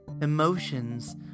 emotions